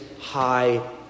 high